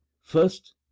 first